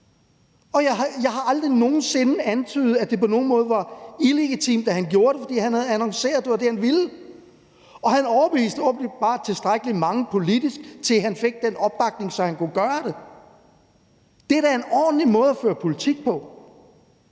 jeg har aldrig nogen sinde antydet, at det på nogen måde var illegitimt, at han gjorde det, for han havde annonceret, at det var det, han ville. Og han overbeviste åbenbart tilstrækkelig mange politisk til, at han fik den opbakning, så han kunne gøre det. Det er da en ordentlig måde at føre politik på,